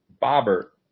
Bobber